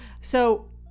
So-